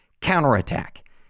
counterattack